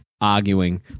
arguing